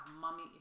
mummy